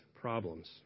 problems